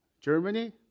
Germany